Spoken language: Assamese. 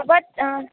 হ'ব অঁ